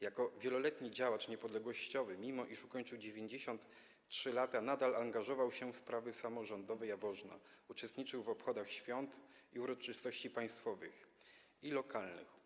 Jako wieloletni działacz niepodległościowy, mimo iż ukończył 93 lata, nadal angażował się w sprawy samorządowe Jaworzna, uczestniczył w obchodach świąt i uroczystości państwowych i lokalnych.